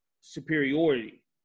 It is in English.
superiority